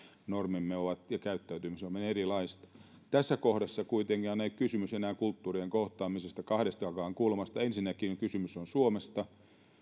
normimme ja käyttäytymisemme on erilaista tässä kohdassa kuitenkaan kysymys ei ole enää kulttuurien kohtaamisesta kahdestakin kulmasta ensinnäkin kysymys on suomesta